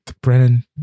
Brennan